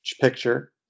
picture